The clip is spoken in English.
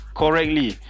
correctly